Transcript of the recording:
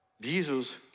Jesus